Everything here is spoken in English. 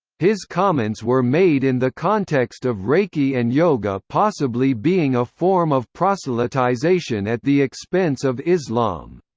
his comments were made in the context of reiki and yoga possibly being a form of proselytization at the expense of islam.